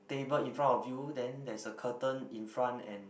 table in front of you then there's a curtain in front and